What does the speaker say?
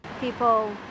People